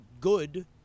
good